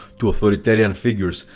to authoritarian figures,